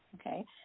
Okay